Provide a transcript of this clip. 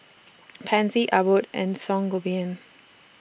Pansy Abbott and Sangobion